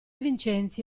vincenzi